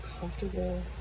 comfortable